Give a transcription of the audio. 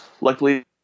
luckily